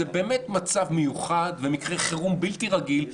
זה באמת מצב מיוחד ומקרה חירום בלתי רגיל,